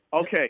Okay